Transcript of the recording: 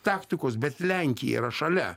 taktikos bet lenkija yra šalia